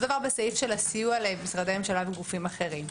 מדובר בסעיף של הסיוע למשרדי ממשלה וגופים אחרים.